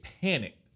panicked